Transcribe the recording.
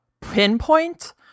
pinpoint